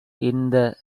இந்த